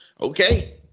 okay